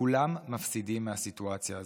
כולם מפסידים מהסיטואציה הזאת.